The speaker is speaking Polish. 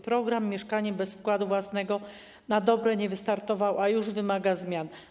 Program ˝Mieszkanie bez wkładu własnego˝ na dobre nie wystartował, a już wymaga zmian.